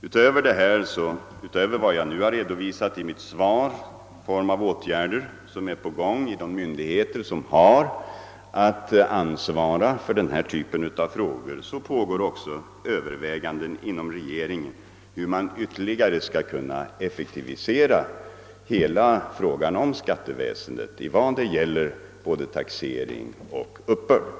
Utöver vad jag har redovisat i mitt svar i form av åtgärder som är på gång inom de myndigheter, vilka har att ansvara för denna typ av frågor, pågår också överväganden inom regeringen om hur man ytterligare skall kunna effektivisera hela skatteväsendet i fråga om både taxering och uppbörd.